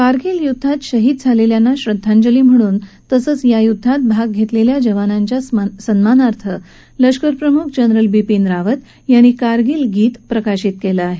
कार्गील युद्वात शहीद झालेल्यांना श्रद्वांजली म्हणून तसंच या युद्वात भाग घेतलेल्या जवानांच्या सन्मानार्थ लष्कर प्रमुख जनरल विपिन रावत यांनी कारगील गीत प्रकाशित केलं आहे